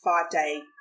five-day